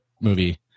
movie